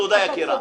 תודה, יקירה.